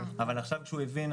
אבל עכשיו כשהוא הבין,